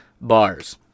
Bars